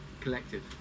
collective